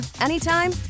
anytime